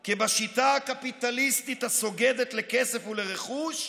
כי בשיטה הקפיטליסטית, הסוגדת לכסף ולרכוש,